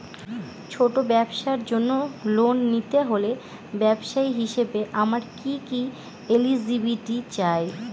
ছোট ব্যবসার জন্য লোন নিতে হলে ব্যবসায়ী হিসেবে আমার কি কি এলিজিবিলিটি চাই?